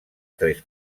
tres